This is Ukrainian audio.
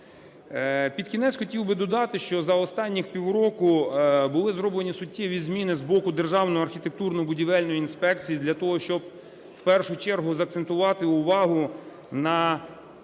Під кінець хотів би додати, що за останніх півроку були зроблені суттєві зміни з боку Державної архітектурно-будівельної інспекції для того, щоб в першу чергу закцентувати увагу на